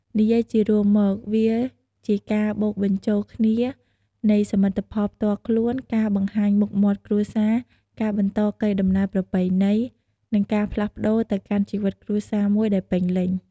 និយាយជារួមមក វាជាការបូកបញ្ចូលគ្នានៃសមិទ្ធផលផ្ទាល់ខ្លួន ការបង្ហាញមុខមាត់គ្រួសារ ការបន្តកេរដំណែលប្រពៃណី និងការផ្លាស់ប្តូរទៅកាន់ជីវិតគ្រួសារមួយដែលពេញលេញ។